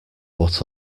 what